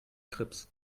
grips